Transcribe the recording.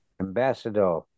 ambassador